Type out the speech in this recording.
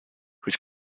whose